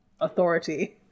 authority